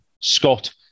Scott